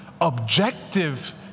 objective